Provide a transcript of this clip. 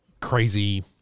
crazy